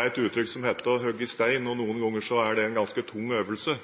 er et uttrykk som heter å hugge stein. Noen ganger er det en ganske tung øvelse.